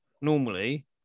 normally